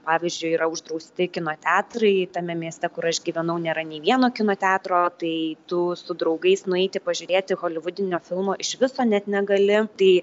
pavyzdžiui yra uždrausti kino teatrai tame mieste kur aš gyvenau nėra nei vieno kino teatro tai tu su draugais nueiti pažiūrėti holivudinio filmo iš viso net negali tai